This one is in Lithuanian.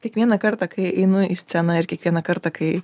kiekvieną kartą kai einu į sceną ir kiekvieną kartą kai